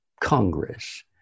Congress